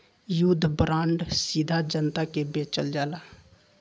युद्ध बांड सीधा जनता के बेचल जाला